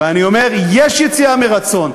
ואני אומר, יש יציאה מרצון.